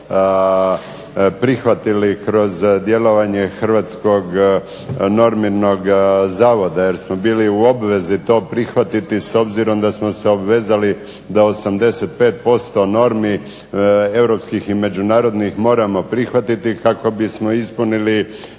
prihvatili kroz djelovanje hrvatskog normirnog zavoda, jer smo bili u obvezi to prihvatiti s obzirom da smo se obvezali da 85% normi europskih i međunarodnih moramo prihvatiti, kako bismo ispunili